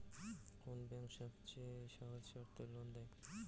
কোন ব্যাংক সবচেয়ে সহজ শর্তে লোন দেয়?